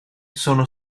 sono